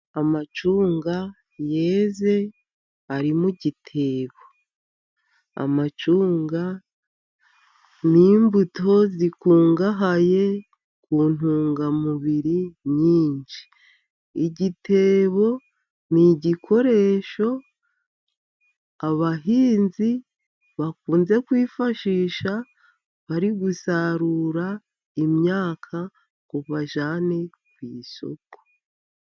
Amacunga yeze ari mu gitebo. Amacunga ni imbuto zikungahaye ku ntungamubiri nyinshi. Igitebo ni igikoresho abahinzi bakunze kwifashisha, bari gusarura imyaka ngo bajyane ku isoko.